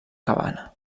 cabana